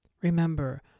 Remember